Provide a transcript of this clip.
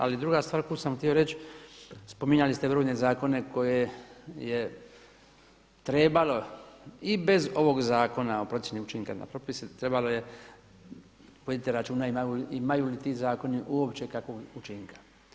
Ali druga stvar koju sam htio reći, spominjali ste brojne zakone koje je trebalo i bez ovog zakona o procjeni učinka na propise trebalo je voditi računa imaju li ti zakoni uopće kakvog učinka.